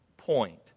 Point